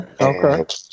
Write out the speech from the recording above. okay